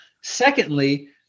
secondly